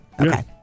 Okay